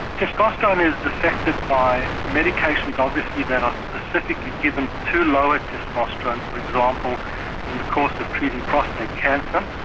testosterone is affected by medications obviously that are specifically given to lower testosterone, for example in the course of treating prostate cancer.